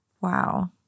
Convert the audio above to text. Wow